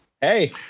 hey